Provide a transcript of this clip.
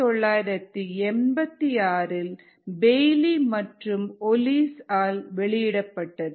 1986 இல் பெய்லி மற்றும் ஒலீஸ் ஆல் வெளியிடப்பட்டது